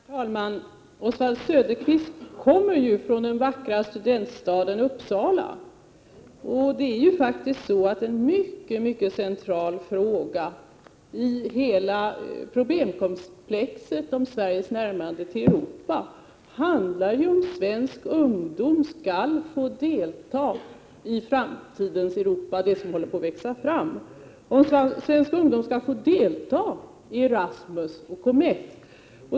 Herr talman! Oswald Söderqvist kommer ju från den vackra studentstaden Uppsala. Det är faktiskt så, att en mycket central fråga i hela problemkomplexet beträffande Sveriges närmande till Europa gäller om svensk ungdom skall få delta i det framtidens Europa som håller på att växa fram, om svensk ungdom skall få delta i Erasmus och COMETT.